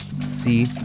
see